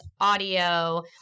audio